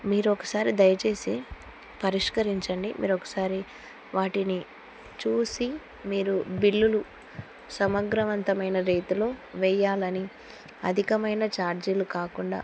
మీర ఒకకసారి దయచేసి పరిష్కరించండి మీరొకసారి వాటిని చూసి మీరు బిల్లులు సమగ్రవంతమైన రీతిలో వెయ్యాలని అధికమైన ఛార్జీలు కాకుండా